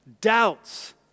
doubts